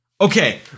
Okay